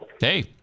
Hey